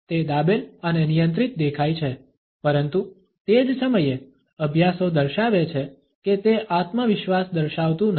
તે દાબેલ અને નિયંત્રિત દેખાય છે પરંતુ તે જ સમયે અભ્યાસો દર્શાવે છે કે તે આત્મવિશ્વાસ દર્શાવતુ નથી